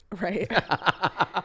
Right